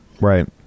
Right